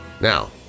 Now